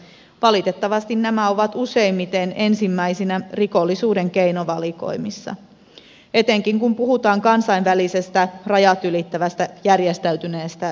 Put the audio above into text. valitettavasti nämä ovat useimmiten ensimmäisinä rikollisuuden keinovalikoimissa etenkin kun puhutaan kansainvälisestä rajat ylittävästä järjestäytyneestä rikollisuudesta